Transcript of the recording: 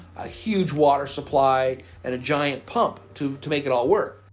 a huge water supply and a giant pump to to make it all work.